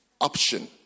option